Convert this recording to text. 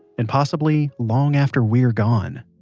and possibly long after we're gone